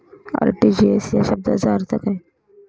RTGS या शब्दाचा अर्थ काय?